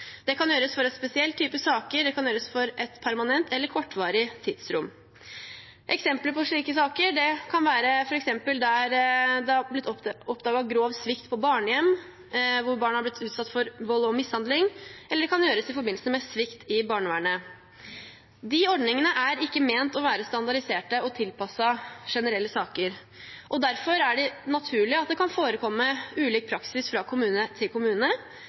Det kan gjøres for en spesiell type saker, for et permanent eller kortvarig tidsrom. Eksempler på slike saker kan være der det er blitt oppdaget grov svikt på barnehjem, hvor barn er blitt utsatt for vold og mishandling, eller det kan være i forbindelse med svikt i barnevernet. De ordningene er ikke ment å være standardiserte og tilpasset generelle saker. Derfor er det naturlig at det kan forekomme ulik praksis fra kommune til kommune.